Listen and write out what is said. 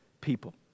people